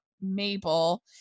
Mabel